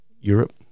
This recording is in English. Europe